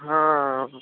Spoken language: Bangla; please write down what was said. হ্যাঁ